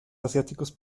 asiáticos